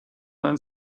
learn